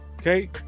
okay